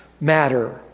matter